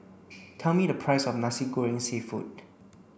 tell me the price of Nasi Goreng Seafood